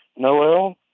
noelle,